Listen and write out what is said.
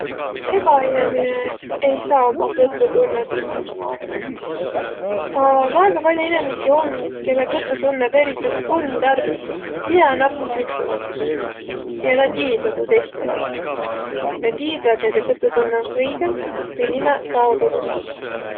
Ega inemine ei saaq umma kõtutunnõt usaldaq, ma arva. A väega pall'o inemiisi om, kelle kõtutunnõq periselt tund ärq, miä nakkas juhtuma ja na tiidväq tuud esiq kah. Na tiidväq, et näide kõtutunnõq om õigõ ja niäq saavaq tuud usaldaq.